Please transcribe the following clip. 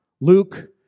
Luke